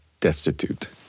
destitute